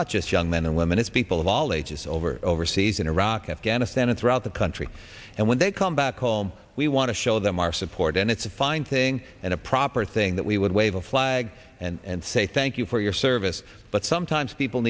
not just young men and women it's people of all ages over overseas in iraq afghanistan and throughout the country and when they come back home we want to show them our support and it's a fine thing and a proper thing that we would wave a flag and say thank you for your service but sometimes people